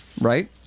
right